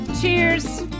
Cheers